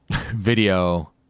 video